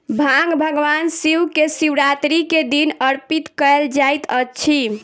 भांग भगवान शिव के शिवरात्रि के दिन अर्पित कयल जाइत अछि